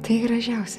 tai gražiausia